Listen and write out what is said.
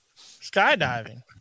Skydiving